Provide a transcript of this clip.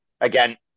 again